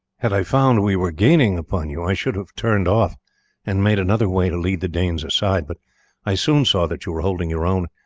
had i found we were gaining upon you i should have turned off and made another way to lead the danes aside, but i soon saw that you were holding your own,